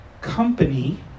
company